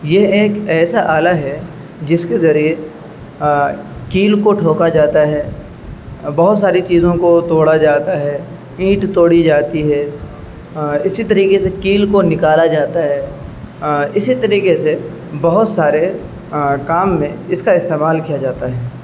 یہ ایک ایسا آلہ ہے جس کے ذریعے کیل کو ٹھوکا جاتا ہے بہت ساری چیزوں کو توڑا جاتا ہے اینٹ توڑی جاتی ہے اسی طریقے سے کیل کو نکالا جاتا ہے اسی طریقے سے بہت سارے کام میں اس کا استعمال کیا جاتا ہے